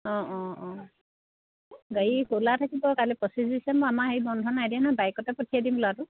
অঁ অঁ অঁ গাড়ী খোলা থাকিব কাইলৈ পঁচিছ ডিচেম্বৰ আমাৰ হেৰি বন্ধ নাই দিয়া নহয় বাইকতে পঠিয়াই দিম ল'ৰাটো